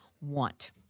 want